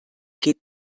geht